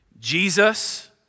Jesus